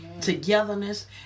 togetherness